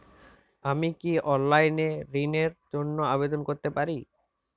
আমি কি অনলাইন এ ঋণ র জন্য আবেদন করতে পারি?